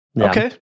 Okay